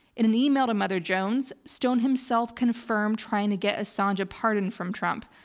in an email to mother jones, stone himself confirmed trying to get assange a pardon from trump.